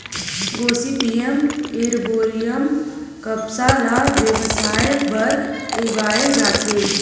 Gossypium arboreum कपसा ल बेवसाय बर उगाए जाथे